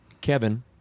Kevin